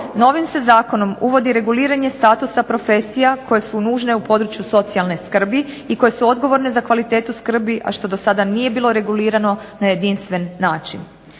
Novim se zakonom uvodi reguliranje statusa profesija koje su nužne u području socijalne skrbi i koje su odgovorne za kvalitetu skrbi, a što do sada nije bilo regulirano na jedinstven način.